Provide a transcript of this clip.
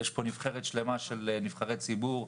יש פה נבחרת שלמה של נבחרי ציבור,